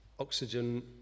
Oxygen